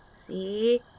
See